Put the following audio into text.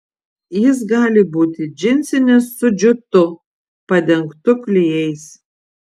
jis gali būti džinsinis su džiutu padengtu klijais